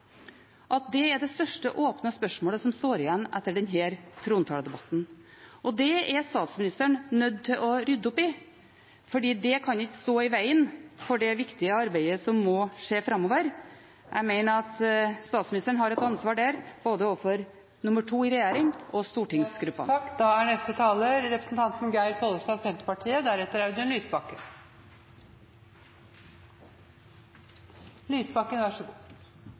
er det største åpne spørsmålet som står igjen etter denne trontaledebatten, og det er statsministeren nødt til å rydde opp i fordi det kan ikke stå i veien for det viktige arbeidet som må skje framover. Jeg mener at statsministeren har et ansvar der både overfor nr. 2 i regjeringen og